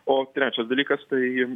o trečias dalykas tai